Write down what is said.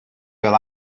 fel